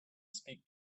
speak